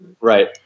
Right